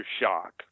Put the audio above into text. shock